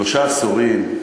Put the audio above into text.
שלושה עשורים,